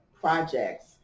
projects